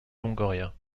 longoria